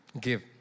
Give